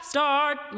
Start